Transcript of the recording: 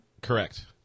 Correct